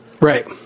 right